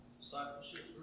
discipleship